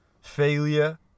failure